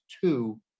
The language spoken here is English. two